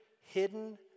hidden